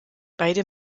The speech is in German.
beide